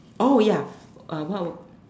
oh ya uh what would